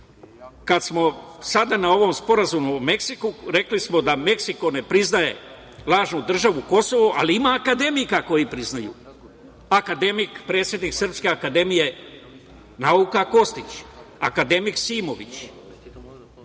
kada smo sada na ovom Sporazumu sa Meksikom, rekli smo da Meksiko ne priznaje lažnu državu Kosovo, ali ima akademika koji priznaju. Akademik predsednik SANU Kostić, akademik Simović,